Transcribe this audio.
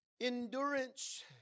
endurance